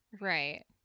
Right